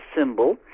symbol